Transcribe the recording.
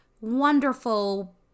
wonderful